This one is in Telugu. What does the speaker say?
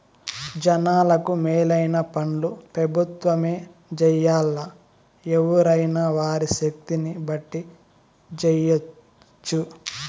జనాలకు మేలైన పన్లు పెబుత్వమే జెయ్యాల్లా, ఎవ్వురైనా వారి శక్తిని బట్టి జెయ్యెచ్చు